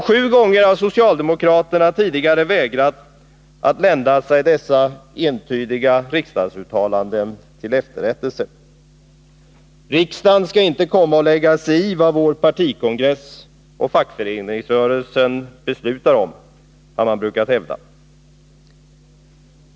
Sju gånger har socialdemokraterna tidigare vägrat att låta dessa entydiga riksdagsuttalanden lända till efterrättelse. Riksdagen skallinte komma och lägga sig i vad vår partikongress och fackföreningsrörelsen beslutar om, har man brukat hävda.